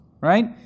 right